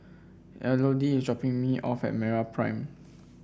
Elodie is dropping me off at MeraPrime